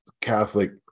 Catholic